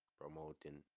promoting